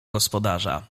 gospodarza